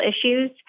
issues